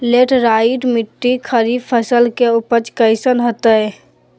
Laterite मिट्टी खरीफ फसल के उपज कईसन हतय?